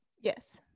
Yes